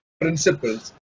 principles